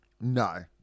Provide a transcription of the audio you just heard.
No